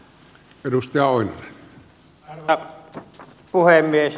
arvoisa puhemies